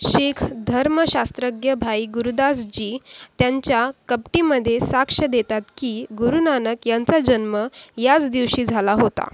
शीख धर्मशास्त्रज्ञ भाई गुरदास जी त्यांच्या कबिटमध्ये साक्ष देतात की गुरु नानक यांचा जन्म याच दिवशी झाला होता